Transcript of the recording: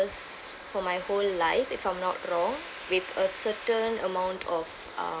for my whole life if I'm not wrong with a certain amount of um